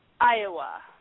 Iowa